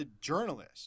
journalist